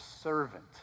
servant